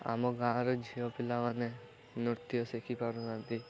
ଆମ ଗାଁର ଝିଅ ପିଲାମାନେ ନୃତ୍ୟ ଶିଖି ପାରୁନାହାନ୍ତି